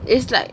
is like